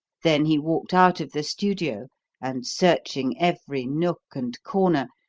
then he walked out of the studio and searching every nook and corner,